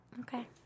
Okay